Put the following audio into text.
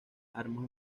armas